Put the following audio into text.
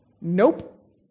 Nope